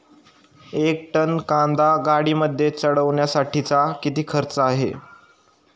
एक टन कांदा गाडीमध्ये चढवण्यासाठीचा किती खर्च आहे?